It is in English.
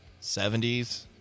70s